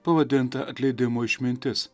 pavadintą atleidimo išmintis